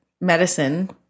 medicine